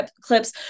clips